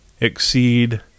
exceed